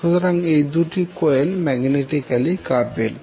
সুতরাং এই দুটি কোয়েল ম্যাগনেটিক্যালি কাপেলড